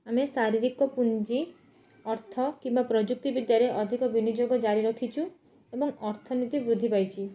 ଆମେ ଶାରୀରିକ ପୁଞ୍ଜି ଅର୍ଥ କିମ୍ବା ପ୍ରଯୁକ୍ତି ବିଦ୍ୟାରେ ଅଧିକ ବିନିଯୋଗ ଜାରିରଖିଛୁ ଏବଂ ଅର୍ଥନୀତି ବୃଦ୍ଧିପାଇଛି